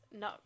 no